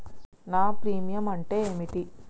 నా ప్రీమియం అంటే ఏమిటి?